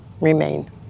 remain